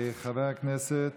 חברת הכנסת